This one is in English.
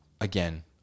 Again